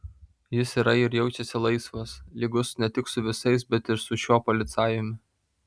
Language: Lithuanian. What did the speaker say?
jis yra ir jaučiasi laisvas lygus ne tik su visais bet ir su šiuo policajumi